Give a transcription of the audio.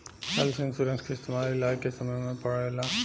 health insurance के इस्तमाल इलाज के समय में पड़ेला